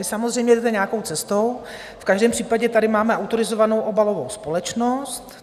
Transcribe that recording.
Vy samozřejmě jdete nějakou cestou, v každém případě tady máme autorizovanou obalovou společnost.